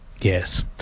Yes